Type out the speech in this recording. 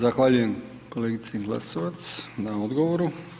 Zahvaljujem kolegici Glasovac na odgovoru.